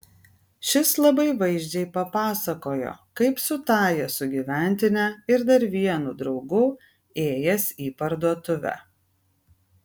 šis labai vaizdžiai papasakojo kaip su tąja sugyventine ir dar vienu draugu ėjęs į parduotuvę